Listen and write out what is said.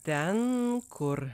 ten kur